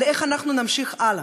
על איך אנחנו נמשיך הלאה,